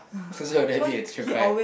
because of that you make your teacher cry